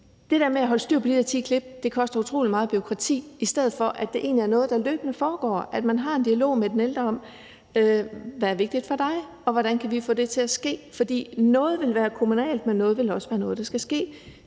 det der med at holde styr på de ti klip koster utrolig meget bureaukrati. Så er det bedre, at det er noget, der foregår løbende, altså at man har en dialog med den ældre om, hvad der er vigtigt for vedkommende, og hvordan vi kan få det til at ske. Noget vil være kommunalt, men noget vil også være noget, der skal ske